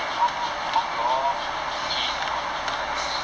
eh how how you all key in attendance